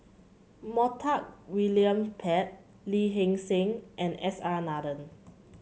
Montague William Pett Lee Hee Seng and S R Nathan